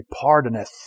pardoneth